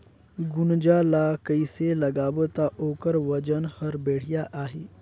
गुनजा ला कइसे लगाबो ता ओकर वजन हर बेडिया आही?